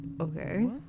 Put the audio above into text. Okay